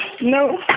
no